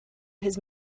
his